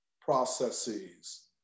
processes